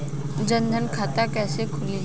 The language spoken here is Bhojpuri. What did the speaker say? जनधन खाता कइसे खुली?